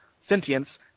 sentience